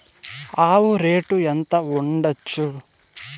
ఆవు రేటు ఎంత ఉండచ్చు?